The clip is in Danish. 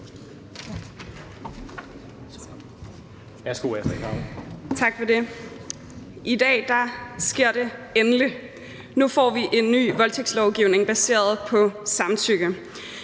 I dag sker det endelig: Nu får vi en ny voldtægtslovgivning baseret på samtykke.